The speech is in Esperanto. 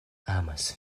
amas